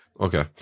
okay